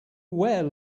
where